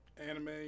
anime